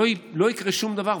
לא יקרה שום דבר,